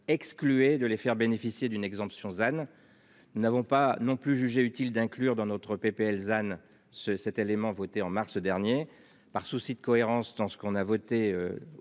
excluez de les faire bénéficier d'une exemption than. Nous n'avons pas non plus jugé utile d'inclure dans notre PPL alezane ce cet élément votée en mars dernier par souci de cohérence dans ce qu'on a voté.